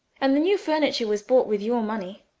and the new furniture was bought with your money,